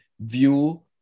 view